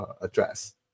address